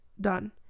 done